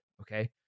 Okay